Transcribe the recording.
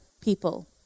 people